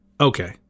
Okay